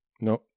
no